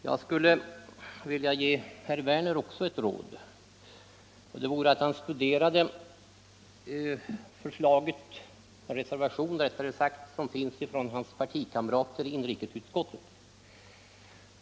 Nr 80 Herr talman! Jag skulle vilja ge herr Werner i Malmö ett råd också, Onsdagen den nämligen att studera förslaget i reservationen 8 som avgivits av herr 14 maj 1975 Werners partikamrater i inrikesutskottet.